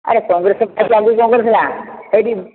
ଆରେ କଂଗ୍ରେସ ଆଗରୁ କ'ଣ କରିଥିଲା ହେଇଟି